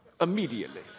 immediately